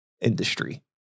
industry